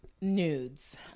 nudes